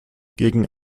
gegen